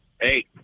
Hey